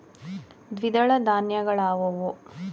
ದ್ವಿದಳ ಧಾನ್ಯಗಳಾವುವು?